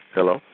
Hello